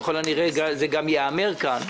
ככל הנראה זה גם ייאמר כאן,